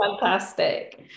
Fantastic